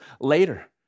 later